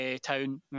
town